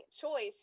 choice